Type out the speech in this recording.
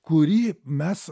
kurį mes